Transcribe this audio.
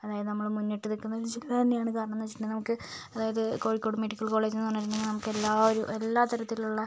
അതായത് നമ്മൾ മുന്നിട്ട് നിൽക്കുന്ന ഒരു ജില്ല തന്നെയാണ് കാരണം എന്ന് വെച്ചിട്ടുണ്ടെങ്കിൽ നമുക്ക് അതായത് കോഴിക്കോട് മെഡിക്കൽ കോളേജ് പറഞ്ഞിട്ടുണ്ടെങ്കിൽ നമുക്കെല്ലാം ഒരു എല്ലാ തരത്തിലുള്ള